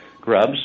grubs